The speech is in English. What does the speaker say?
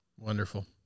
Wonderful